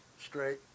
straight